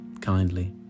kindly